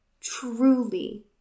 truly